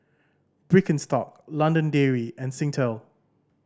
Birkenstock London Dairy and Singtel